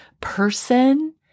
person